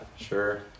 Sure